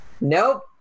Nope